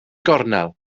gornel